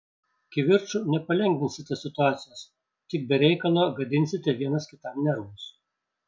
kivirču nepalengvinsite situacijos tik be reikalo gadinsite vienas kitam nervus